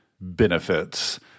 benefits